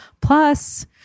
Plus